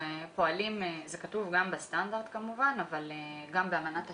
זה גם כתוב בסטנדרט אבל גם באמנת השירות.